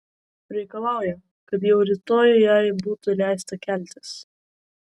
reikalauja kad jau rytoj jai būtų leista keltis